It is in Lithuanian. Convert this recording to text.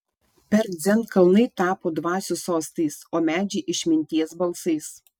per dzen kalnai tapo dvasių sostais o medžiai išminties balsais